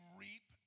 reap